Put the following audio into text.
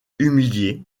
humilié